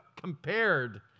compared